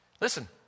Listen